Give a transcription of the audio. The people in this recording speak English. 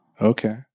Okay